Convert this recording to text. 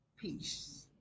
peace